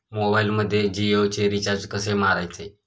मोबाइलमध्ये जियोचे रिचार्ज कसे मारायचे?